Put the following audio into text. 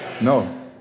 No